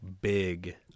big